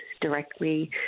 directly